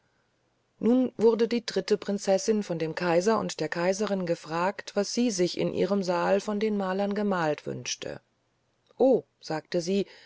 nun wurde die dritte prinzessin von dem kaiser und der kaiserin gefragt was sie sich in ihrem saal von den malern gemalt wünschte o sagte sie